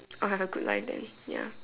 I'll have a good life then ya